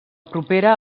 propera